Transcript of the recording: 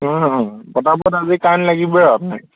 অঁ পতাপত আজি কাৰেণ্ট লাগিবই আৰু আপোনাক